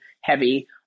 heavy